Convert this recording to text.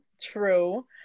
true